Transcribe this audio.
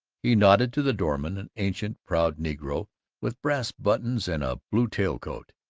he nodded to the doorman, an ancient proud negro with brass buttons and a blue tail-coat,